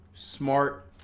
smart